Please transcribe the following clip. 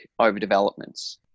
overdevelopments